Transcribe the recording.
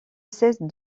cesse